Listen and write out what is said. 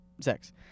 sex